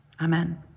Amen